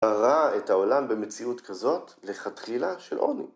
מראה את העולם במציאות כזאת לכתחילה של עוני.